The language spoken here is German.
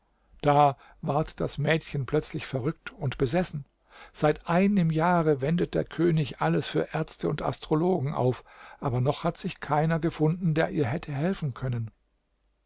da ward das mädchen plötzlich verrückt und besessen seit einem jahre wendet der könig alles für ärzte und astrologen auf aber noch hat sich keiner gefunden der ihr hätte helfen können